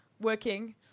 working